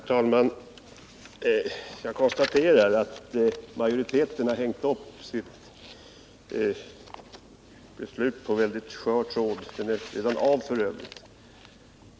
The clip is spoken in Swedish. Herr talman! Jag konstaterar att majoriteten har hängt upp sitt beslut på en mycket skör tråd som f. ö. redan är av.